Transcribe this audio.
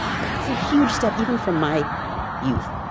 but it's a huge step, even from my youth.